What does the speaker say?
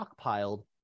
stockpiled